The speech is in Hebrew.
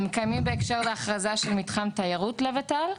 הם קיימים בהקשר להכרזה של מתחם תיירות לות"ל.